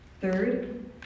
Third